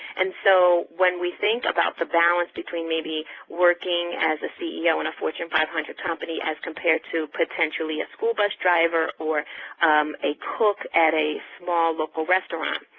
and so when we think about the balance between maybe working as a ceo in a fortune five hundred company as compared to potentially a school bus driver or a cook at a small local restaurant,